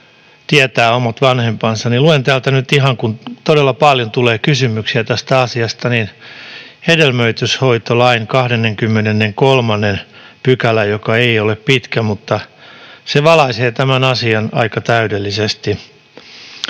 tietää omat vanhempansa, ja luen täältä nyt ihan — kun todella paljon tulee kysymyksiä tästä asiasta — hedelmöityshoitolain 23 §:n, joka ei ole pitkä mutta valaisee tämän asian aika täydellisesti: